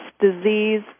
disease